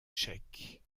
tchèque